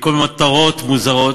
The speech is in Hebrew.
לכל מיני מטרות מוזרות,